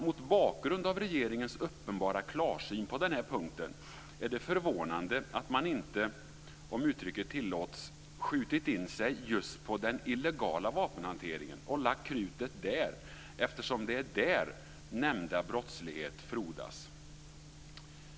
Mot bakgrund av regeringens uppenbara klarsyn på den punkten är det förvånande att man inte - om uttrycket tillåts - skjutit in sig på den illegala vapenhanteringen och lagt krutet där eftersom det är där nämnda brottslighet frodas.